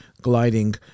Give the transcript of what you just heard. Gliding